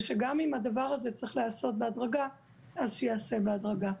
גם אם הדבר הזה צריך להיעשות בהדרגה - שייעשה בהדרגה.